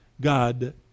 God